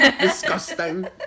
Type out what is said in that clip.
disgusting